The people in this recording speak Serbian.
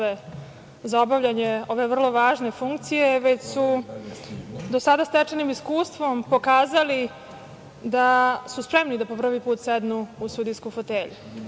za obavljanje ove vrlo važne funkcije već su do sada stečenim iskustvom pokazali da su spremni da po prvi put sednu u sudijsku fotelju.